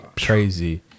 Crazy